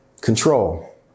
control